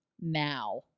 now